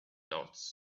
dots